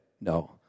No